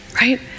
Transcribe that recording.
right